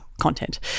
content